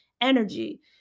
energy